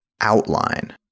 outline